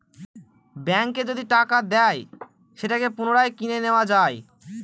ব্যাঙ্কে যদি টাকা দেয় সেটাকে পুনরায় কিনে নেত্তয়া যায়